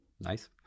nice